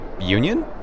union